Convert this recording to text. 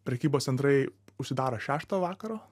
prekybos centrai užsidaro šeštą vakaro